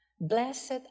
Blessed